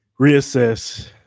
Reassess